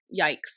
yikes